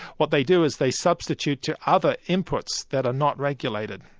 what they do is they substitute to other inputs that are not regulated,